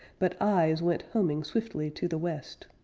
but eyes went homing swiftly to the west,